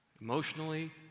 Emotionally